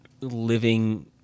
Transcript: living